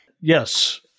Yes